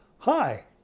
Hi